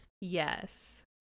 Yes